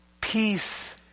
Peace